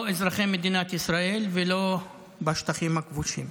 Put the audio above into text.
אזרחי מדינת ישראל ולא בשטחים הכבושים.